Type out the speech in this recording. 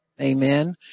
Amen